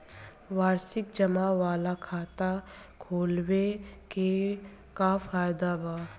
वार्षिकी जमा वाला खाता खोलवावे के का फायदा बा?